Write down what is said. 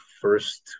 first